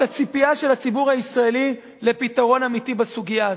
הציפייה של הציבור הישראלי לפתרון אמיתי בסוגיה הזאת.